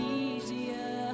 easier